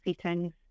settings